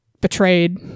betrayed